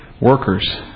workers